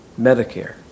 Medicare